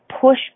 push